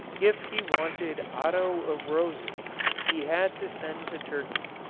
if he wanted otto of roses he had to send to turkey.